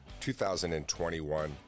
2021